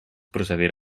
procedirà